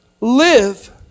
Live